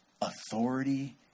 authority